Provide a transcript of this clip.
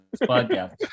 podcast